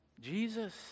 Jesus